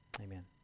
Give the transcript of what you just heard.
Amen